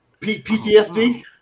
PTSD